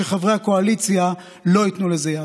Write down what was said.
שחברי הקואליציה לא ייתנו לזה יד.